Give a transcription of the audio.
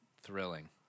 thrilling